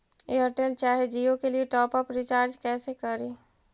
Airtel चाहे जियो के लिए टॉप अप रिचार्ज़ कैसे करी?